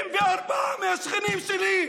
94 מהשכנים שלי,